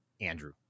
Andrew